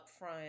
upfront